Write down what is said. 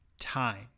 time